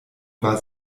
war